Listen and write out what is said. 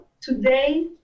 today